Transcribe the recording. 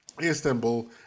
Istanbul